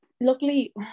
luckily